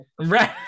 Right